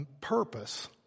purpose